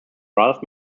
ralph